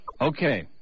Okay